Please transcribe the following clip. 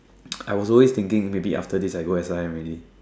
I was always thinking maybe after this I go S_I_M already